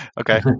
Okay